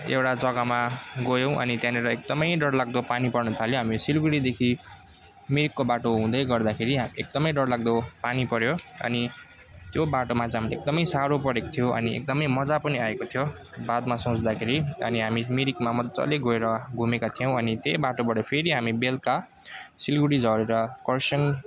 एउटा जगामा गयौँ अनि त्यहाँनेर एकदम डर लाग्दो पानी पर्न थाल्यो हामी सिलगडीदेखि मिरिकको बाटो हुँदै गर्दाखेरि हामी एकदम डर लाग्दो पानी पर्यो अनि त्यो बाटोमा चाहिँ हामीले एकदम साह्रो परेको थियो अनि एकदम मजा पनि आएको थियो बादमा सोच्दाखेरि अनि हामी मिरिकमा मजाले गएर घुमेका थियौँ अनि त्यही बाटोबाट फेरि हामी बेलुका सिलगडी झरेर कर्सियङ